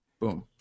Boom